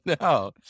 No